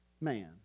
man